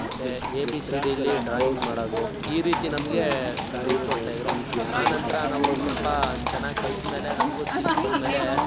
ಮತ್ತು A B C ಡಿಲ್ಲಿ drawing ಮಾಡೋದು ಈ ರೀತಿ ನಮಗೆ ನ ಹೇಳ್ಕೊಡ್ತಾಯಿದ್ರು ಆನಂತರ ನಾವು ಒಂದು ಸ್ವಲ್ಪ ಚೆನ್ನಾಗ್ ಕಲ್ತ ಮೇಲೆ ನಮಗೂ ಸ್ಕಿಲ್ಸ್ ಬಂದಮೇಲೆ